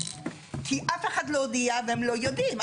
כי אף אחד לא הודיע והם לא יודעים,